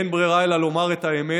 אין ברירה אלא לומר את האמת.